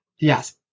Yes